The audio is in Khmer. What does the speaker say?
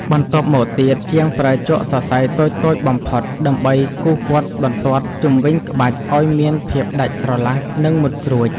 បន្ទាប់មកទៀត ជាងប្រើជក់សរសៃតូចៗបំផុតដើម្បីគូសព័ទ្ធបន្ទាត់ជុំវិញក្បាច់ឱ្យមានភាពដាច់ស្រឡះ និងមុតស្រួច។